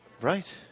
Right